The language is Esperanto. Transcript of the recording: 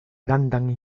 grandan